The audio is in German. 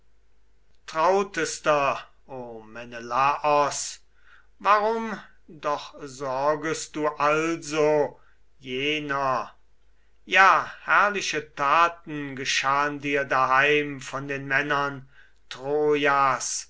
o menelaos warum doch sorgest du also jener ja herrliche taten geschahn dir daheim von den männern